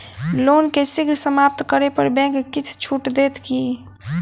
loan केँ शीघ्र समाप्त करै पर बैंक किछ छुट देत की